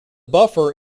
buffer